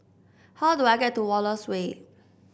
how do I get to Wallace Way